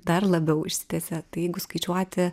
dar labiau išsitiesia tai jeigu skaičiuoti